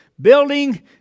building